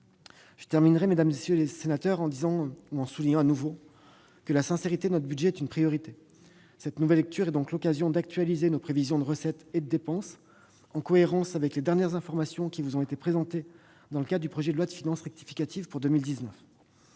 le souligne, mesdames, messieurs les sénateurs, la sincérité de notre budget est une priorité. Cette nouvelle lecture est l'occasion d'actualiser nos prévisions de recettes et de dépenses, en cohérence avec les dernières informations qui vous ont été présentées dans le cadre du projet de loi de finances rectificative pour 2019.